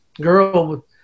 girl